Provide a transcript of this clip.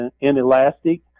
inelastic